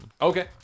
Okay